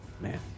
Man